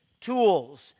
tools